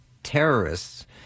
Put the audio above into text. terrorists